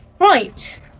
right